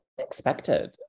expected